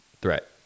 threat